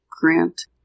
grant